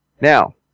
Now